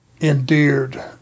endeared